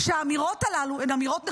שהאמירות הללו הן אמירות נכונות.